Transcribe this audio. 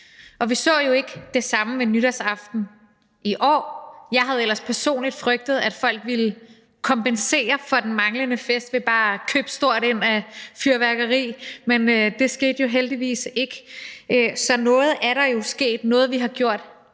Vi så jo ikke det samme nytårsaften i år. Jeg havde ellers personligt frygtet, at folk ville kompensere for den manglende fest ved bare at købe stort ind af fyrværkeri, men det skete jo heldigvis ikke, så noget er der jo sket; noget, vi har gjort,